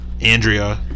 Andrea